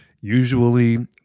usually